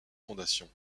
fondations